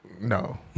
No